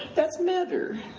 that's mather,